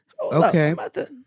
Okay